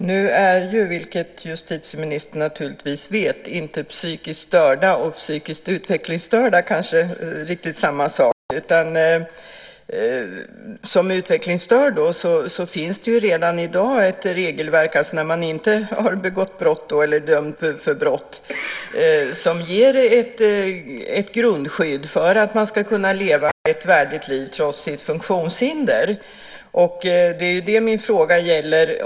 Fru talman! Nu är ju, vilket justitieministern naturligtvis vet, inte psykiskt störda och psykiskt utvecklingsstörda samma sak. För utvecklingsstörda finns redan i dag ett regelverk - när man inte har dömts för brott - som ger ett grundskydd för att man ska kunna leva ett värdigt liv trots sitt funktionshinder.